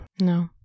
No